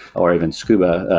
or even scuba